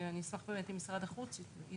אני אשמח באמת אם משרד החוץ יתייחס